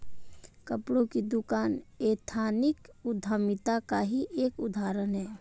कपड़ों की दुकान एथनिक उद्यमिता का ही एक उदाहरण है